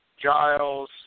Giles